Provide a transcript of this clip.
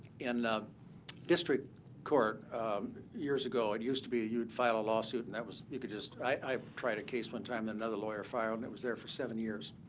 in district court years ago, it used to be you would file a lawsuit, and that was you could just i tried a case one time, another lawyer filed, and it was there for seven years.